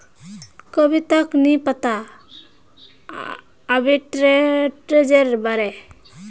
कविताक नी पता आर्बिट्रेजेर बारे